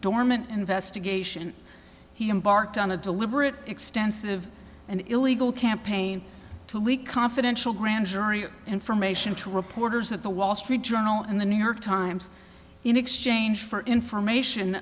dormant investigation he embarked on a deliberate extensive and illegal campaign to leak confidential grand jury information to reporters at the wall street journal and the new york times in exchange for information